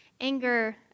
anger